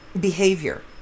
behavior